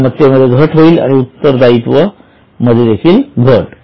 मालमत्तेमध्ये घट आणि उत्तरदायित्व मध्ये देखील घट